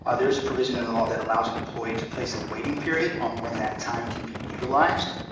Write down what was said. ah there is a provision in the law that allows an employee to place a waiting period on when that time can be utilized,